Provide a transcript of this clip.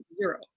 Zero